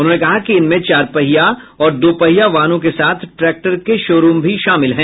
उन्होंने कहा कि इनमें चार पहिया और दो पहिया वाहनों के साथ ट्रैक्टर के शोरूम भी शामिल है